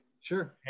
Sure